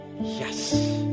yes